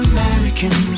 American